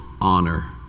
honor